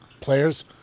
players